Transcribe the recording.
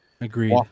agreed